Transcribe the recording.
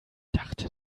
dachte